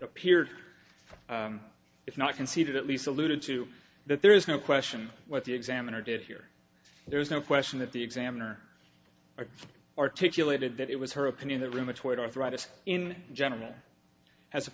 appeared if not conceded at least alluded to that there is no question what the examiner did here there is no question that the examiner are articulated that it was her opinion that rheumatoid arthritis in general has a